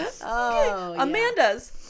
Amanda's